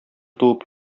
туып